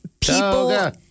People